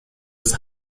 des